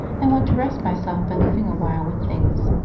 and want to rest myself by living a while with things.